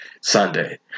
Sunday